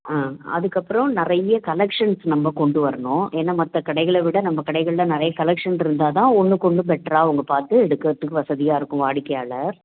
ஆ அதுக்கப்பறம் நிறைய கலெக்ஷன்ஸ் நம்ம கொண்டு வரணும் ஏன்னா மற்ற கடைகளை விட நம்ம கடைகளில் நிறைய கலெக்ஷன் இருந்தால் தான் ஒன்றுக்கொன்னு பெட்ராக அவங்க பார்த்து எடுக்கறத்துக்கும் வசதியாக இருக்கும் வாடிக்கையாளர்